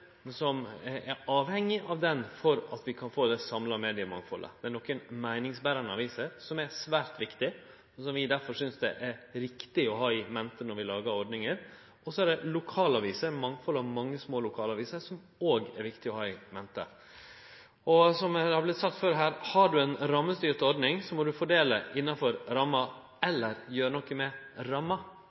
men som er avhengig av støtte for at vi skal få det samla mediemangfaldet. Det er nokre meiningsberande aviser som er svært viktige, som vi derfor synest det er riktig å ha i mente når vi lagar ordningar. Så er det mangfaldet av mange små lokalaviser som òg er viktig å ha i mente. Som det har blitt sagt før her: Har ein ei rammestyrt ordning, må ein fordele innafor ramma eller gjere noko med ramma.